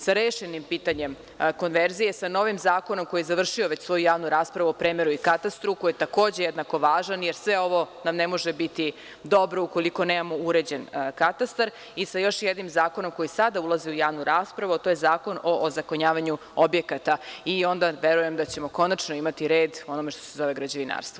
Sa rešenim pitanjem konverzije sa novim zakonom koji je završio već svoju javnu raspravu o premeru i katastru, koji je takođe jednako važan, jer sve ovo nam ne može biti dobro ukoliko nemamo uređen katastar, i sa još jednim zakonom koji sada ulazi u javnu raspravu, a to je zakon o ozakonjavanju objekata, onda verujem da ćemo konačno imati red u onome što se zove građevinarstvo.